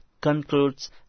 concludes